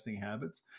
habits